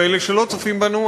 ואלה שלא צופים בנו,